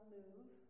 move